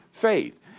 Faith